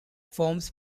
forms